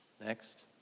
Next